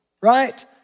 right